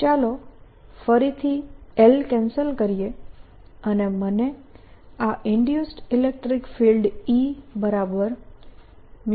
ચાલો ફરીથી l cancel કરીએ અને મને આ induced electric field E0 Kd2 મળે છે